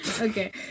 Okay